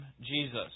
Jesus